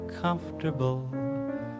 comfortable